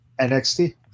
NXT